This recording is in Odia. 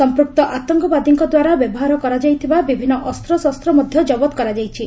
ସମ୍ପୁକ୍ତ ଆଦଙ୍କବାଦୀଙ୍କଦ୍ୱାରା ବ୍ୟବହାର କରାଯାଉଥିବା ବିଭିନ୍ନ ଅସ୍ତଶସ୍ତ ମଧ୍ୟ ଜବତ କରାଯାଇଛି